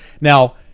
Now